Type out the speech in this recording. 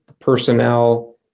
personnel